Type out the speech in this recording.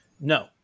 no